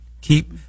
Keep